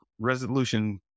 resolution